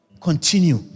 continue